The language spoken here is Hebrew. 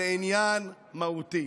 זה עניין מהותי.